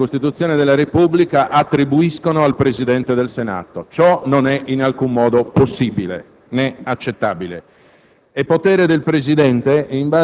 che Regolamento del Senato e Costituzione della Repubblica attribuiscono al Presidente del Senato. Ciò non è in alcun modo possibile né accettabile.